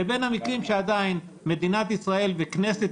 לבין המקרים שעדיין מדינת ישראל וכנסת